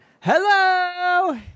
hello